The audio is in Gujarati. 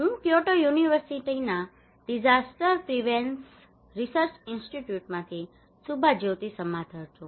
હું ક્યોટો યુનિવર્સિટીના ડિઝાસ્ટર પ્રિવેન્શન રિસર્ચ ઇન્સ્ટિટ્યૂટમાંથી સુભાજ્યોતિ સમાધર છું